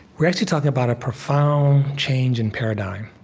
we're actually talking about a profound change in paradigm.